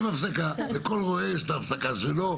לכל רועה יש את ההפסקה שלו.